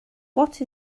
what